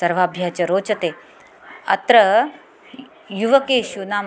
सर्वेभ्यः च रोचते अत्र युवकेषु नाम